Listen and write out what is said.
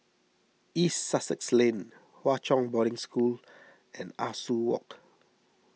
East Sussex Lane Hwa Chong Boarding School and Ah Soo Walk